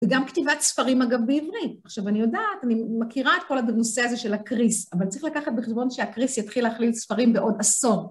וגם כתיבת ספרים אגב בעברית. עכשיו אני יודעת, אני מכירה את כל הנושא הזה של הקריס, אבל צריך לקחת בחשבון שהקריס יתחיל להחליט ספרים בעוד עשור.